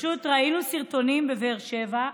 פשוט ראינו סרטונים בבאר שבע.